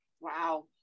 Wow